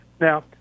Now